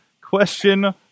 question